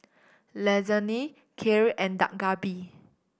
Lasagne Kheer and Dak Galbi